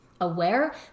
aware